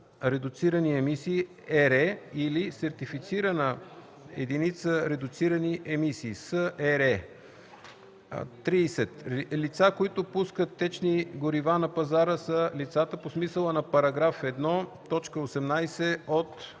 редуцирани емисии” (ЕРЕ) и/или „Сертифицирана единица редуцирани емисии” (СЕРЕ). 30. „Лица, които пускат течни горива на пазара” са лицата по смисъла на § 1, т. 18 от